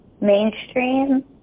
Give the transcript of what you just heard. mainstream